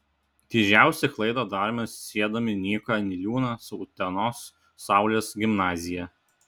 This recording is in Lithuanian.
didžiausią klaidą darome siedami nyką niliūną su utenos saulės gimnazija